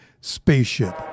Spaceship